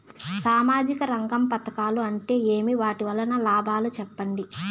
సామాజిక రంగం పథకాలు అంటే ఏమి? వాటి వలన లాభాలు సెప్పండి?